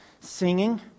singing